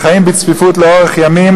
שחיים בצפיפות לאורך ימים,